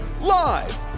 live